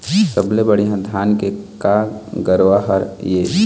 सबले बढ़िया धाना के का गरवा हर ये?